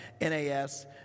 NAS